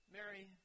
Mary